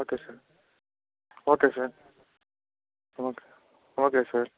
okay sir okay sir okay okay sir